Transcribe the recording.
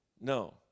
No